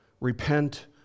Repent